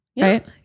Right